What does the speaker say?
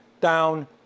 down